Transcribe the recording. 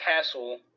castle